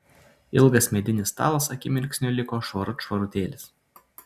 ilgas medinis stalas akimirksniu liko švarut švarutėlis